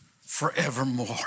forevermore